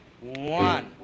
One